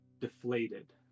deflated